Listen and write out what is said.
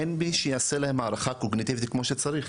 אין מי שיעשה להם הערכה קוגניטיבית כמו שצריך.